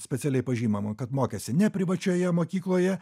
specialiai pažymima kad mokėsi ne privačioje mokykloje